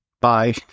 Bye